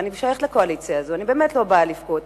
ואני שייכת לקואליציה הזאת ואני באמת לא באה לבכות,